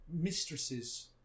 mistresses